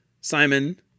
Simon